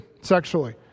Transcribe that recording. sexually